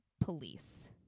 police